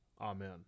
Amen